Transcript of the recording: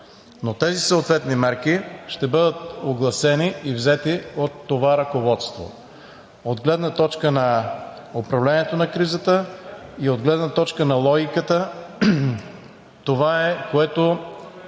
но тези съответни мерки ще бъдат огласени и взети от това ръководство. От гледна точка на управлението на кризата и от гледна точка на логиката това е, което